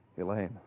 Elaine